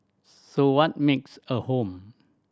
so what makes a home